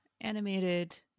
animated